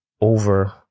over